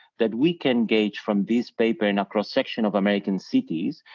that we can gauge from this paper in a cross-section of american cities,